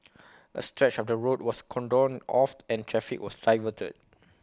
A stretch of the road was cordoned off and traffic was diverted